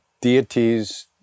deities